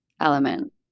element